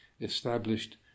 established